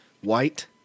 white